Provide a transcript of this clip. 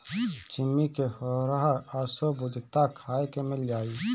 छिम्मी के होरहा असो बुझाता खाए के मिल जाई